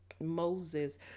Moses